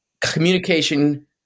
communication